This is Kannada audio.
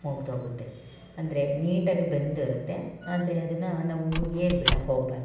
ಮುಗ್ದೋಗುತ್ತೆ ಅಂದರೆ ನೀಟಾಗಿ ಬೆಂದಿರುತ್ತೆ ಆದರೆ ಅದನ್ನು ನಾವು ಏರ್ ಬಿಡಕ್ಕೆ ಹೋಗ್ಬಾರ್ದು